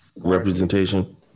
representation